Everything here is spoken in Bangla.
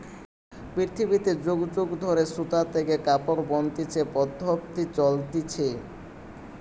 পৃথিবীতে যুগ যুগ ধরে সুতা থেকে কাপড় বনতিছে পদ্ধপ্তি চলতিছে